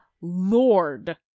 lord